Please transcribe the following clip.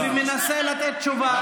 לא, הוא מנסה לתת תשובה.